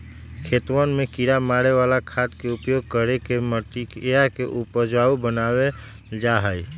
खेतवन में किड़ा मारे वाला खाद के उपयोग करके मटिया के उपजाऊ बनावल जाहई